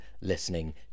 listening